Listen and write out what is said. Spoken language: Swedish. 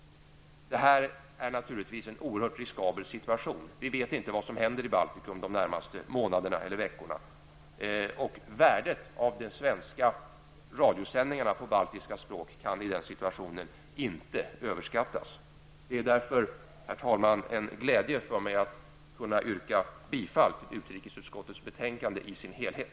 Det här är naturligtvis en oerhört riskabel situation. Vi vet inte vad som händer i Baltikum de närmaste månaderna och veckorna. Värdet av de svenska radiosändningarna på baltiska språk kan i den situationen inte överskattas. Det är därför, herr talman, en glädje för mig att kunna yrka bifall till utrikesutskottets hemställan i dess helhet.